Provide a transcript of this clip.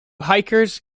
hikers